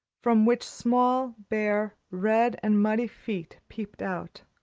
from which small, bare, red and muddy feet peeped out